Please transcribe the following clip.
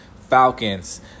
Falcons